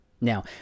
Now